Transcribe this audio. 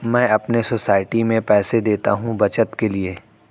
मैं अपने सोसाइटी में पैसे देता हूं बचत के लिए